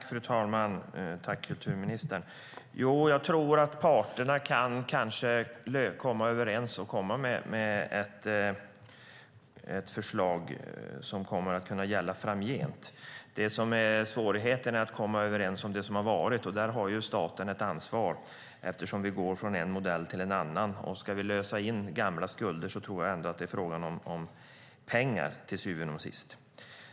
Fru talman! Tack, kulturministern! Jag tror att parterna kanske kan komma överens och komma med ett förslag som kommer att kunna gälla framgent. Svårigheten är att komma överens om det som har varit, och där har staten ett ansvar eftersom vi går från en modell till en annan. Ska vi lösa in gamla skulder tror jag ändå att det är en fråga om pengar till syvende och sist.